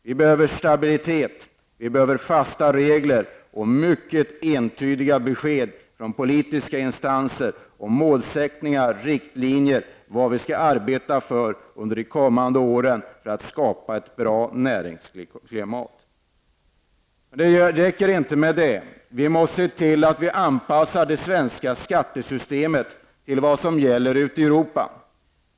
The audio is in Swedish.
Vi behöver stabilitet, fasta regler och mycket entydiga besked från politiska instanser om mål och riktlinjer under de kommande åren, detta för att vi skall kunna skapa ett bra näringslivsklimat. Det räcker inte med detta. Vi måste se till att anpassa det svenska skattesystemet till vad som gäller ute i Europa.